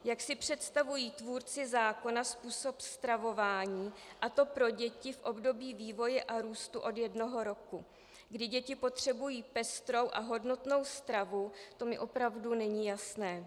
Jak si představují tvůrci zákona způsob stravování, a to pro děti v období vývoje a růstu od jednoho roku, kdy děti potřebují pestrou a hodnotnou stravu, to mi opravdu není jasné.